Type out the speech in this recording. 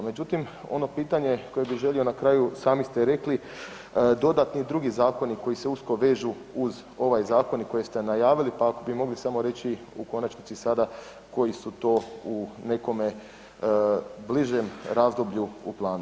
Međutim, ono pitanje koje bi želio na kraju, sami ste rekli dodatni drugi zakoni koji se usko vežu uz ovaj zakon koji ste najavili pa ako bi mogli samo reći u konačnici sada koji su to u nekome bližem razdoblju u planu?